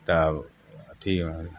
तब अथी